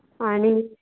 आणि